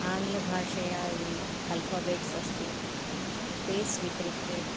आङ्ग्लभाषया ये अल्फ़बेट्स् अस्ति ते स्वीकृत्य